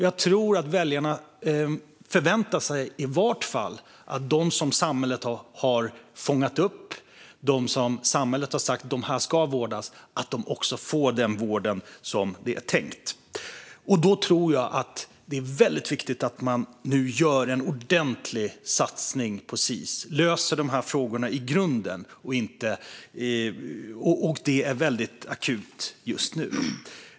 Jag tror att väljarna förväntar sig att de som samhället har fångat upp och sagt ska vårdas också får den tänkta vården. Därför är det viktigt att man gör en ordentlig satsning på Sis och löser dessa problem i grunden. Det är akut.